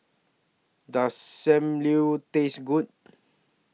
Does SAM Liu Taste Good